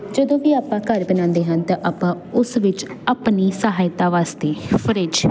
ਜਦੋਂ ਵੀ ਆਪਾਂ ਘਰ ਬਣਾਉਂਦੇ ਹਨ ਤਾਂ ਆਪਾਂ ਉਸ ਵਿੱਚ ਆਪਣੀ ਸਹਾਇਤਾ ਵਾਸਤੇ ਫਰਿੱਜ